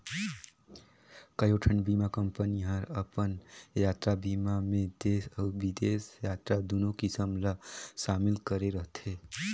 कयोठन बीमा कंपनी हर अपन यातरा बीमा मे देस अउ बिदेस यातरा दुनो किसम ला समिल करे रथे